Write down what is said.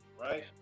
right